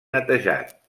netejat